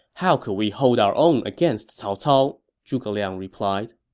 how could we hold our own against cao cao? zhuge liang replied